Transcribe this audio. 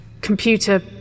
Computer